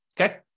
okay